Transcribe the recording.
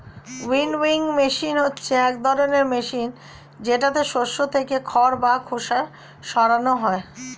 winnowing machine হচ্ছে এক ধরনের মেশিন যেটাতে শস্য থেকে খড় বা খোসা সরানো হয়